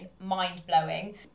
mind-blowing